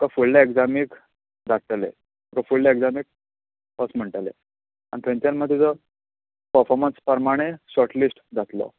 तुका फुडल्या एग्जामीक धाडटले फुडल्या एग्जामीक वच म्हणटले आनी थंयच्यान मागीर तुका परफॉमंस प्रमाणे शॉर्टलिस्ट जातलो